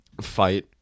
fight